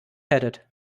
headed